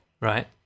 Right